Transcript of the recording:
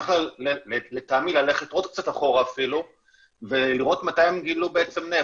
צריך לטעמי ללכת עוד קצת אחורה אפילו ולראות מתי הם גילו נפט.